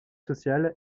social